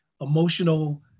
emotional